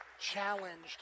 challenged